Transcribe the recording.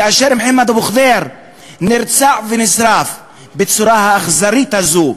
כאשר מוחמד אבו ח'דיר נרצח ונשרף בצורה האכזרית הזאת,